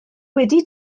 wedi